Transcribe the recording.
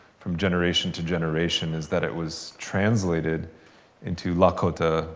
from generation to generation, is that it was translated into lakota.